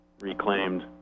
reclaimed